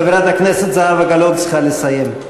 חברת הכנסת זהבה גלאון צריכה לסיים.